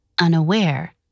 unaware